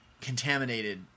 contaminated